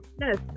Yes